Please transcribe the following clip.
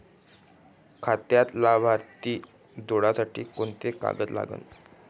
खात्यात लाभार्थी जोडासाठी कोंते कागद लागन?